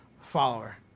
follower